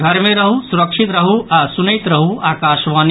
घर मे रहू सुरक्षित रहू आ सुनैत रहू आकाशवाणी